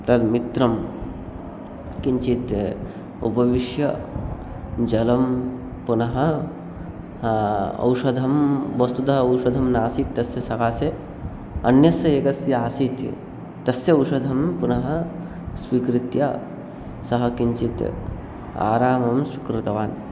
तद् मित्रं किञ्चित् उपविश्य जलं पुनः औषधं वस्तुतः औषधं नासीत् तस्य सकाशे अन्य एकस्य आसीत् तस्य औषधं पुनः स्वीकृत्य सः किञ्चित् आरामं स्वीकृतवान्